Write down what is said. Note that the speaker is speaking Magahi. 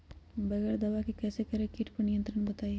बगैर दवा के कैसे करें कीट पर नियंत्रण बताइए?